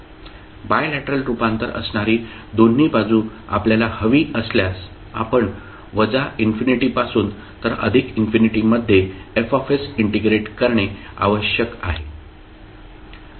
bilateral रूपांतर असणारी दोन्ही बाजू आपल्याला हवी असल्यास आपण वजा इन्फिनिटी पासून तर अधिक इन्फिनिटी मध्ये F इंटिग्रेट करणे आवश्यक आहे